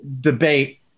debate